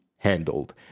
Handled